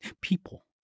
People